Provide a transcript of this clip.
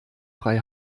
frei